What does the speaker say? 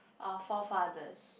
our forefathers